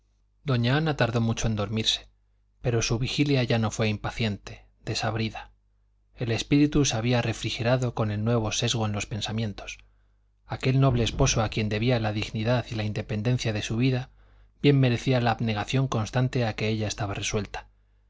doña ana tardó mucho en dormirse pero su vigilia ya no fue impaciente desabrida el espíritu se había refrigerado con el nuevo sesgo de los pensamientos aquel noble esposo a quien debía la dignidad y la independencia de su vida bien merecía la abnegación constante a que ella estaba resuelta